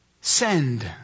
send